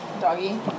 doggy